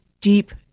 deep